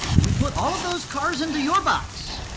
and we put all of those cars into your box.